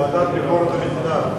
הוועדה לביקורת המדינה.